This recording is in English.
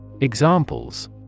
Examples